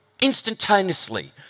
instantaneously